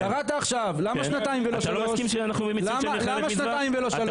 למה שנתיים ולא שלוש?